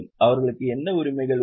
அவர்களுக்கு என்ன உரிமைகள் உள்ளன